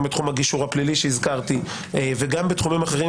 גם בתחום הגישור הפלילי שהזכרתי וגם בתחומים אחרים,